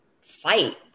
fight